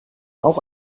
auch